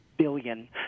billion